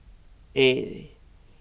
eight